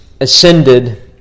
ascended